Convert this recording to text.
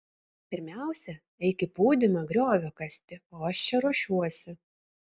pirmiausia eik į pūdymą griovio kasti o aš čia ruošiuosi